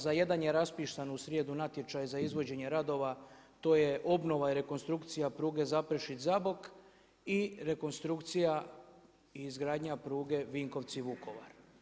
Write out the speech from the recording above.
Za jedan je raspisan u srijedu natječaj za izvođenje radova, to je obnova i rekonstrukcija pruge Zaprešić-Zabok, i rekonstrukcija i izgradnja pruge Vinkovci-Vukovar.